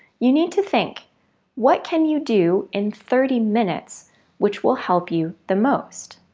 you need to think what can you do in thirty minutes which will help you the most?